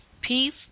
Peace